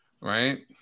right